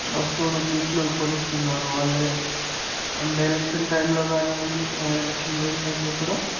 వస్తువులు కిట్లు కొనిస్తున్నారు వాళ్ళే అండ్ ఎలక్షన్ టైంలో కానివ్వండి ఎలక్షన్ లేని టైంలో కూడా